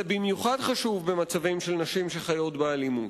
זה חשוב במיוחד במצבים של נשים שחיות באלימות.